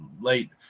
late